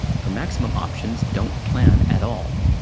for maximum options, don't plan at all.